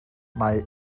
mae